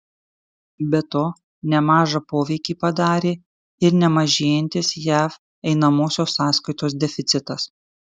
be to nemažą poveikį padarė ir nemažėjantis jav einamosios sąskaitos deficitas